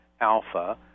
alpha